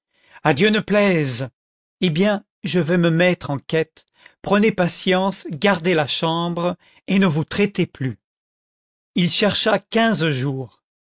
dieu ne plaise eh bien je vais me mettre en quête prcnc patience gardez la chambre et ne vous traitez plus il chercha quinze jours